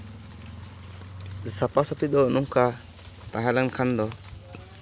ᱥᱟᱯᱟᱼᱥᱟᱯᱤ ᱫᱚ ᱱᱚᱝᱠᱟ ᱛᱟᱦᱮᱸᱞᱮᱱ ᱠᱷᱟᱱ ᱫᱚ